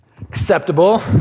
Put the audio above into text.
acceptable